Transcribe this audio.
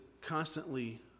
constantly